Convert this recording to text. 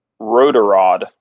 rotorod